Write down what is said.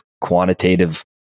quantitative